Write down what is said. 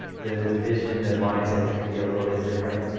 the the vision, the mindset is gonna be a little bit different,